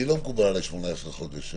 לא מקובל עלי 18 חודשים.